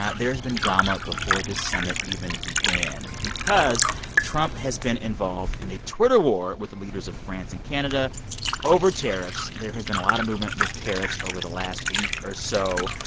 ah there has been drama before this summit even began because trump has been involved in a twitter war with the leaders of france and canada over tariffs. there has been a lot of movement with tariffs over the last week or so.